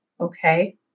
Okay